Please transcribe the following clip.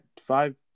five